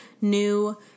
new